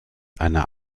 einer